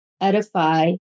edify